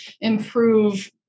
improve